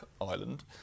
island